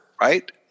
right